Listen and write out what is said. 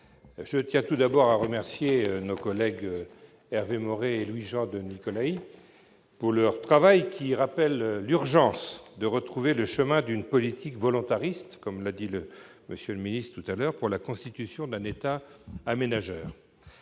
je tiens tout d'abord à remercier mes collègues Hervé Maurey et Louis-Jean de Nicolaÿ de leur travail, qui rappelle l'urgence de retrouver le chemin d'une politique volontariste, comme l'a dit M. le ministre, pour la constitution d'un État aménageur.